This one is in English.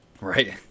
Right